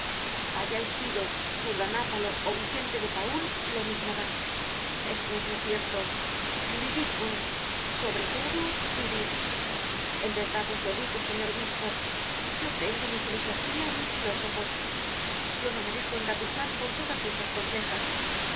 hayais sido sardánapalo o san vicente de paul lo mismo dá esto es lo cierto viv id pues sobre todo vivid en verdad os lo digo señor obispo yo tengo mi filosofía y mis filósofos yo no me dejo engatusar por todas esas consejas